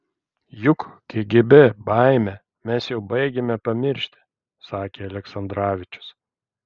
juk kgb baimę mes jau baigiame pamiršti sakė aleksandravičius